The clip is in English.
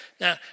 Now